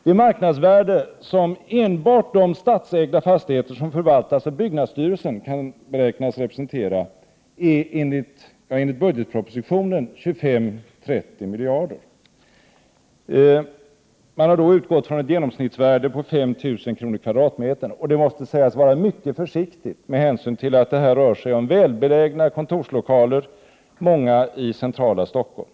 Det marknadsvärde som enbart de statsägda fastigheter som förvaltas av byggnadsstyrelsen kan beräknas representera är enligt budgetpropositionen 25-30 miljarder. Man har då utgått från ett genomsnittsvärde på 5 000 kr./m?. Det måste sägas vara mycket försiktigt, med tanke på att det här rör sig om välbelägna kontorslokaler, många i centrala Stockholm.